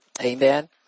Amen